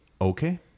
okay